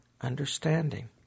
understanding